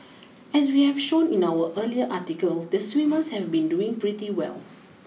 as we have shown in our earlier article the swimmers have been doing pretty well